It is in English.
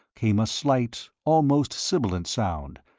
came a slight, almost sibilant sound,